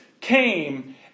came